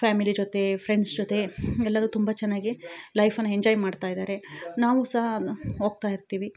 family ಜೊತೆ friends ಜೊತೆ ಎಲ್ಲರು ತುಂಬ ಚನ್ನಾಗಿ ಲೈಫನ್ನು ಎಂಜಾಯ್ ಮಾಡ್ತಾ ಇದ್ದಾರೆ ನಾವು ಸಹ ಹೋಗ್ತಾ ಇರ್ತೀವಿ